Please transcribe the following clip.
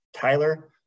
Tyler